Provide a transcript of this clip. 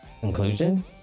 conclusion